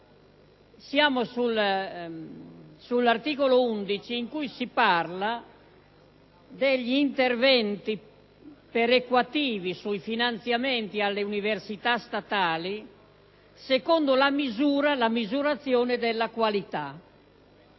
All'articolo 11 si parla degli interventi perequativi sui finanziamenti alle università statali secondo la misura della qualità.